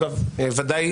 ודאי